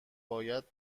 باید